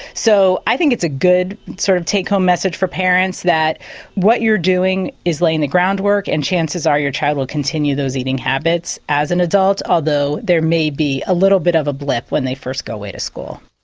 so i think it's a good sort of take home message for parents that what you're doing is laying the groundwork and chances are your child will continue those eating habits as an adult although there may be a little bit of a blip when they first go away to school.